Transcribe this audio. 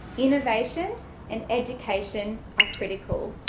innovation and education are critical.